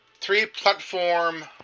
three-platform